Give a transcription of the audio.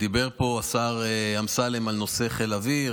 דיבר פה השר אמסלם על נושא חיל האוויר